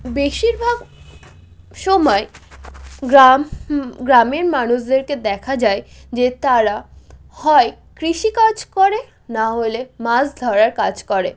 বেশিরভাগ সময় গ্রাম গ্রামের মানুষদেরকে দেখা যায় যে তারা হয় কৃষিকাজ করে না হলে মাছ ধরার কাজ করে